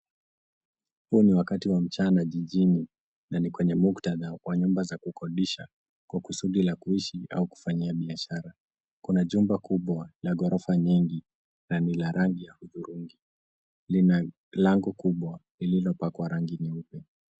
Huu ni wakati wa mchana jijini na ni kwenye muktadha wa nyumba za kukodisha kwa kusudi la kuishi au kufanyia biashara. Kuna jumba kubwa la ghorofa nyingi na ni la rangi hudhurungi. Lina lango kubwa lililopakwa rangi nyeupe.